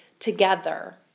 together